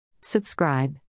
Subscribe